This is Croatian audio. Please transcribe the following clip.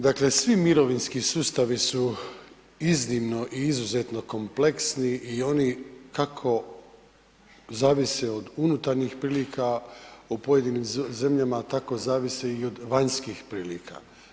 Dakle, vi mirovinski sustavi su iznimno i izuzetno kompleksni i oni kako zavise od unutarnjih prilika u pojedinim zemljama, tako zavise i od vanjskih prilika.